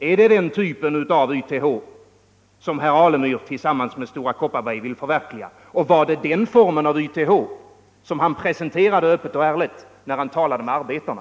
Är det den typen av YTH som herr Alemyr till sammans med Stora Kopparberg vill förverkliga? Och var det den formen av YTH han presenterade öppet och ärligt när han talade med arbetarna?